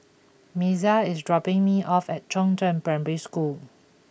Mazie is dropping me off at Chongzheng Primary School